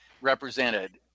represented